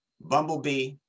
bumblebee